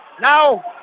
Now